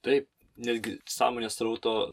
taip netgi sąmonės srauto